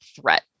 threat